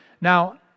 Now